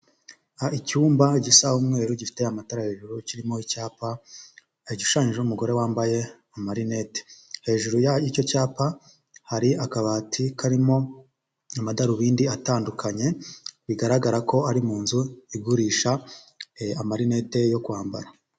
Icyumba gisa umweru, gifite amatara hejuru, kirimo icyapa gishushanyijeho umugore wambaye amarineti. Hejuru y'icyo cyapa hari akabati karimo amadarubindi atandukanye bigaragara ko ari mu nzu igurisha amarinette yo kwambara.